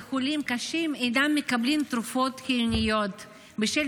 וחולים קשים אינם מקבלים תרופות חיוניות בשל